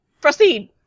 Proceed